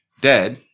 dead